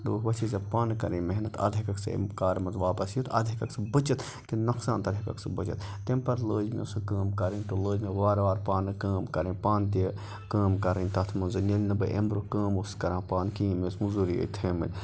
دوٚپُکھ وۄنۍ چھے ژےٚ پانہٕ کَرٕنۍ محنت اَدٕ ہٮ۪کَکھ ژٕ اَمہِ کارٕ منٛزٕ واپَس یِتھ اَدٕ ہٮ۪کَکھ ژٕ بٔچِتھ کیٛازِ نۄقصان تَلہٕ ہٮ۪کَکھ ژٕ بٔچِتھ تمہِ پَتہٕ لٲج مےٚ سُہ کٲم کرٕنۍ تہٕ لٲج مےٚ وارٕ وارٕ پانہٕ کٲم کَرٕنۍ پانہٕ تہِ کٲم کَرٕنۍ تَتھ منٛز یہِ نہٕ بہٕ اَمہِ بروںٛہہ کٲم اوسُس کَران پانہٕ کِہیٖنۍ مےٚ ٲسۍ مٔزوٗرٕے یٲتۍ تھٲیمٕتۍ